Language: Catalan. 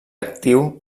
actiu